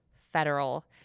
federal